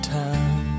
time